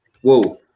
Whoa